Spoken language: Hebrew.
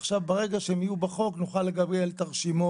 עכשיו, ברגע שהם יהיו בחוק, נוכל לקבל את הרשימות.